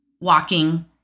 walking